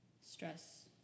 Stress